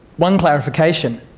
one clarification,